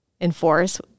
enforce